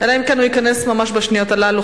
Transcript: אלא אם כן הוא ייכנס ממש בשניות הללו.